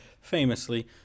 famously